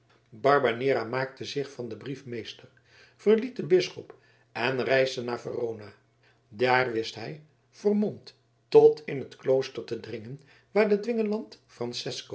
barbanera maakte zich van den brief meester verliet den bisschop en reisde naar verona daar wist hij vermomd tot in het klooster te dringen waar de dwingeland francesco